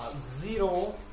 zero